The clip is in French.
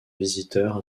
visiteurs